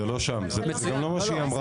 זה לא שם וזה לא מה שהיא אמרה.